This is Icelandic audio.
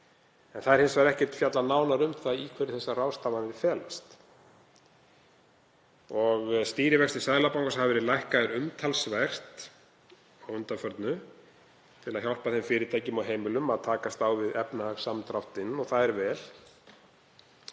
En það er hins vegar ekkert fjallað nánar um það í hverju þessar ráðstafanir felast. Stýrivextir Seðlabankans hafa verið lækkaðir umtalsvert að undanförnu til að hjálpa fyrirtækjum og heimilum að takast á við efnahagssamdráttinn og það er vel.